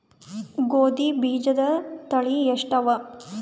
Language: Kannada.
ಗೋಧಿ ಬೀಜುದ ತಳಿ ಎಷ್ಟವ?